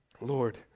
Lord